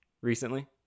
recently